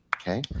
Okay